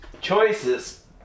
Choices